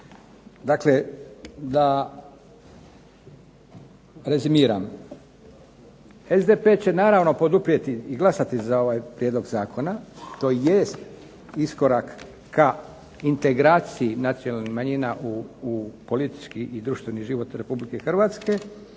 Dakle, da rezimiram. SDP će naravno poduprijeti i glasati za ovaj prijedlog zakona, to jest iskorak ka integraciji nacionalnih manjina u politički i društveni život RH,